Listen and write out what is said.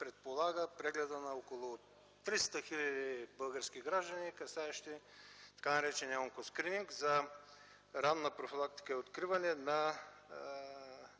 предполага преглед на около 300 хил. български граждани, касаещ така наречения онко-скрининг за ранна профилактика и откриване на